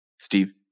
steve